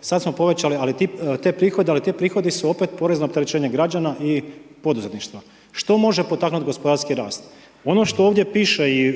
sada smo povećali, ali te prihode, ali ti prihodi su opet porezno opterećenje građana i poduzetništva. Što može potaknuti gospodarski rast? Ono što ovdje piše i